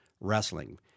wrestling